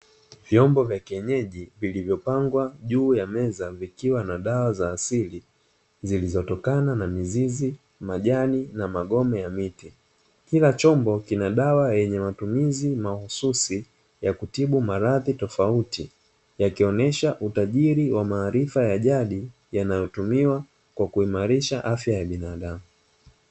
Vyombo vya kienyeji vilivyopangwa juu ya meza, vikiwa na dawa za asili zilizotokana na mizizi majani na magome ya miti, kila chombo kina dawa yenye matumizi mahususi ya kutibu maradhi tofauti yakionesha utajiri wa maarifa ya jadi yanayotumiwa kwa kuimarisha afya ya binadamu.